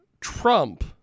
Trump